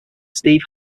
steve